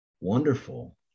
wonderful